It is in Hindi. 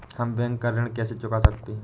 हम बैंक का ऋण कैसे चुका सकते हैं?